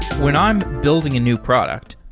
when i'm building a new product,